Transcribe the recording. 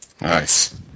Nice